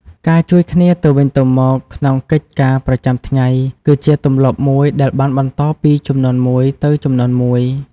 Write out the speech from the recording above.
ការជួយគ្នាទៅវិញទៅមកក្នុងកិច្ចការប្រចាំថ្ងៃ គឺជាទម្លាប់មួយដែលបានបន្តពីជំនាន់មួយទៅជំនាន់មួយ។